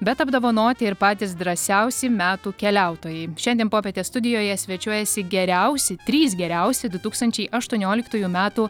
bet apdovanoti ir patys drąsiausi metų keliautojai šiandien popietės studijoje svečiuojasi geriausi trys geriausi du tūkstančiai aštuonioliktųjų metų